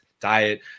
diet